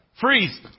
freeze